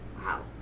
wow